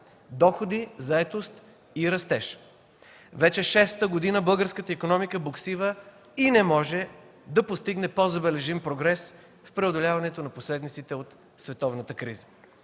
доходи, заетост и растеж. Вече шеста година българската икономика буксува и не може да постигне по-забележим прогрес в преодоляването на последиците от световната криза.